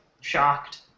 Shocked